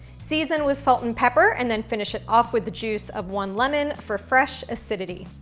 season with salt and pepper, and then finish it off with the juice of one lemon for fresh acidity.